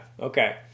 Okay